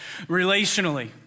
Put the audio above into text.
relationally